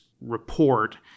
report